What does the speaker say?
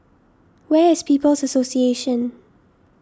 where is People's Association